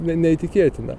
ne neįtikėtina